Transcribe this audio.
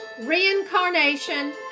reincarnation